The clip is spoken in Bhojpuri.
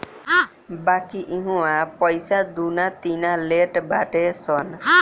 बाकी इहवा पईसा दूना तिना लेट बाटे सन